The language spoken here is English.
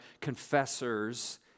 confessors